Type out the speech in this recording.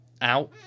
out